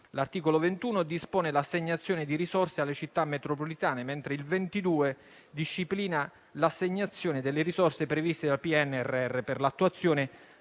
L'articolo 21 dispone l'assegnazione di risorse alle città metropolitane, mentre il 22 disciplina l'assegnazione delle risorse previste dal PNRR per l'attuazione